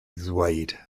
ddweud